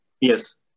Yes